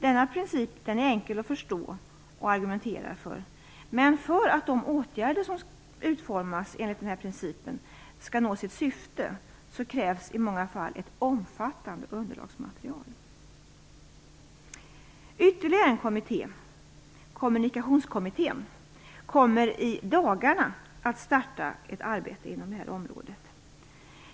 Denna princip är enkel att förstå och argumentera för, men för att de åtgärder som utformas enligt den principen skall nå sitt syfte krävs i många fall ett omfattande underlagsmaterial. Ytterligare en kommitté, Kommunikationskommittén, kommer i dagarna att starta ett arbete inom detta område.